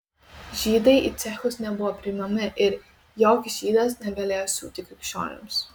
žydai į cechus nebuvo priimami ir joks žydas negalėjo siūti krikščionims